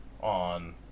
on